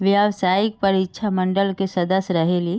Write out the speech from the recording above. व्यावसायिक परीक्षा मंडल के सदस्य रहे ली?